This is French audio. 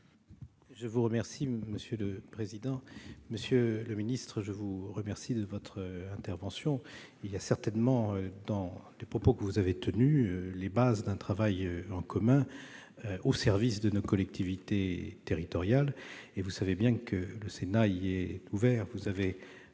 le président de la commission. Monsieur le ministre, je vous remercie de votre intervention. Il y a certainement dans les propos que vous avez tenus les bases d'un travail en commun au service de nos collectivités territoriales. Vous le savez bien, le Sénat est ouvert à ce